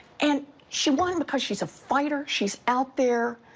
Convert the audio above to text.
and she won because she is a fighter. she's out there.